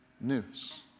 news